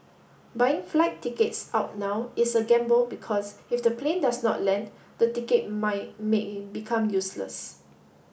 buying flight tickets out now is a gamble because if the plane does not land the ticket might may become useless